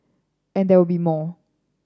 and there will be more